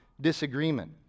disagreement